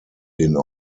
den